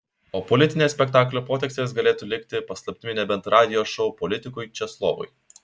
o politinės spektaklio potekstės galėtų likti paslaptimi nebent radijo šou politikui česlovui